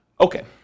Okay